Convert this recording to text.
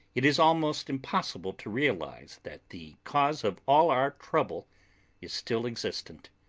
it is almost impossible to realise that the cause of all our trouble is still existent.